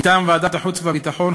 מטעם ועדת החוץ והביטחון,